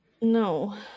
no